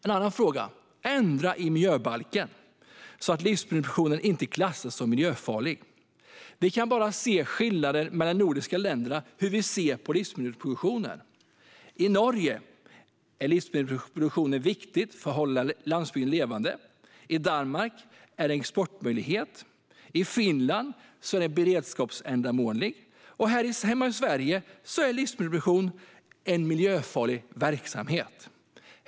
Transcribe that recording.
En annan sak handlar om att vi måste ändra i miljöbalken så att livsmedelsproduktionen inte klassas som miljöfarlig. Titta på skillnaderna mellan de nordiska länderna när det gäller hur vi ser på livsmedelsproduktion. I Norge är livsmedelsproduktionen viktig för att hålla landsbygden levande. I Danmark är den en exportmöjlighet. I Finland har den ett beredskapsändamål. Här hemma i Sverige är livsmedelsproduktion en miljöfarlig verksamhet.